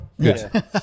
good